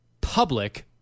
public